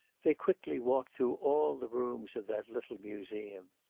they quickly walked through all the rooms of that little museum.